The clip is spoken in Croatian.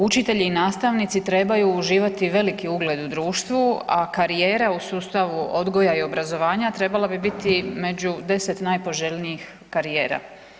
Učitelji i nastavnici trebaju uživati veliki ugled u društvu, a karijere u sustavu odgoja i obrazovanja trebalo bi biti među deset najpoželjnijih karijera.